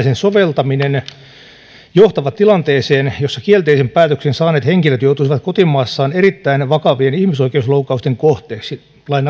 sen soveltaminen johtavat tilanteisiin joissa kielteisen päätöksen saaneet henkilöt joutuisivat kotimaassaan erittäin vakavien ihmisoikeusloukkausten kohteeksi